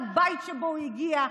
מהבית שבו הגיע,